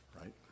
right